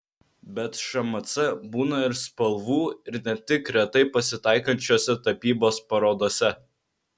bet šmc būna ir spalvų ir ne tik retai pasitaikančiose tapybos parodose